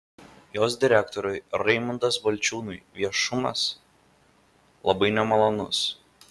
jos direktoriui raimundas balčiūnui viešumas labai nemalonus